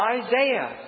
Isaiah